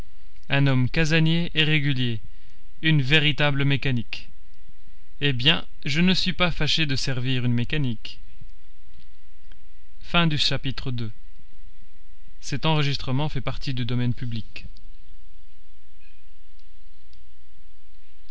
un homme casanier et régulier une véritable mécanique eh bien je ne suis pas fâché de servir une mécanique